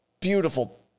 beautiful